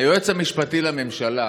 היועץ המשפטי לממשלה